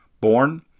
Born